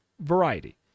variety